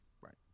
Right